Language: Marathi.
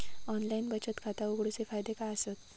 ऑनलाइन बचत खाता उघडूचे फायदे काय आसत?